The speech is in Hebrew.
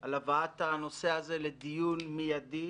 על הבאת הנושא הזה לדיון מיידי